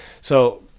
So-